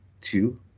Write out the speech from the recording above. two